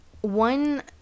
one